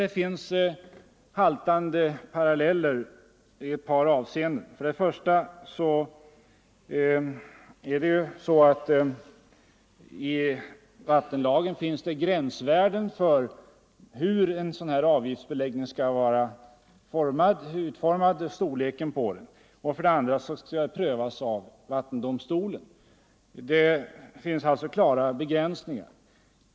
Men jag tycker att parallellen haltar. För det första finns det i vattenlagen gränsvärden för storleken av avgiftsbeläggningen. För det andra skall avgiftsbeläggningen enligt vattenlagen prövas av vattendomstolen. Där finns alltså klara begränsningar.